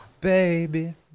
baby